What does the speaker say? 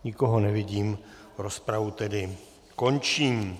Nikoho nevidím, rozpravu tedy končím.